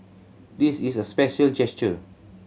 this is a special gesture